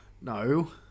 no